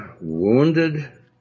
wounded